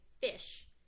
fish